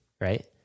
right